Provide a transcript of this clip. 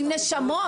עם נשמות.